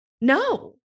No